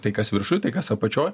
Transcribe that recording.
tai kas viršuj tai kas apačioj